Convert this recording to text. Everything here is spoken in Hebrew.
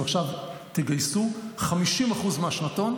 אם עכשיו תגייסו 50% מהשנתון,